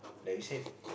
like you said